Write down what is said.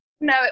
no